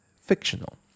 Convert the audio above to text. fictional